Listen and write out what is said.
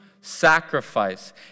sacrifice